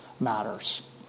matters